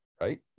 right